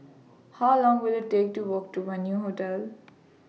How Long Will IT Take to Walk to Venue Hotel